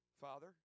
Father